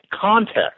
context